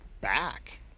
back